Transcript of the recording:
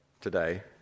today